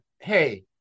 hey